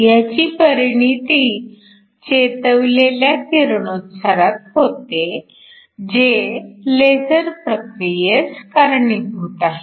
ह्याची परिणीती चेतवलेल्या किरणोत्सारात होते जे लेझर प्रक्रियेस कारणीभूत आहेत